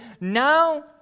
Now